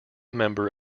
member